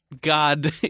God